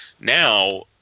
Now